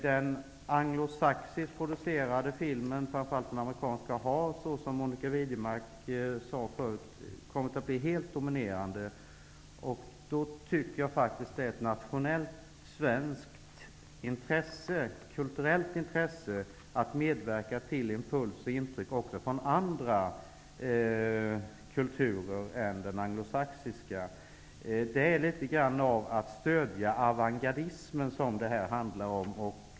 Den anglosaxiskproducerade filmen -- framför allt den amerikanska -- har såsom Monica Widnemark sade förut kommit att bli helt dominerande. Jag tycker att det är ett nationellt kulturellt intresse att medverka till att vi får impulser och intryck också från andra kulturer än den anglosaxiska. Det handlar litet grand om att stödja avantgardismen.